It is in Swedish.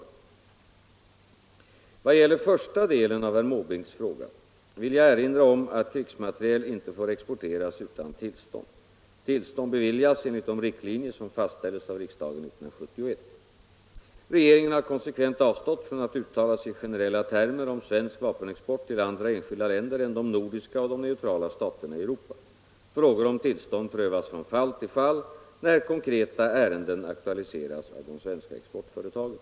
I vad gäller första delen av herr Måbrinks fråga vill jag erinra om att krigsmateriel inte får exporteras utan tillstånd. Tillstånd beviljas enligt de riktlinjer som fastställdes av riksdagen 1971. Regeringen har konsekvent avstått från att uttala sig i generella termer om svensk vapenexport till andra länder än de nordiska och de neutrala staterna i Europa. Frågor om tillstånd prövas från fall till fall när konkreta ärenden aktualiseras av de svenska exportföretagen.